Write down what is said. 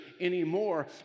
Anymore